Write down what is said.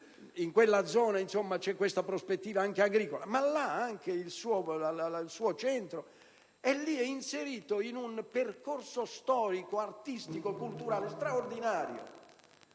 in quella zona c'è una prospettiva anche agricola, ma il suo centro è inserito in un percorso storico, artistico e culturale straordinario.